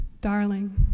darling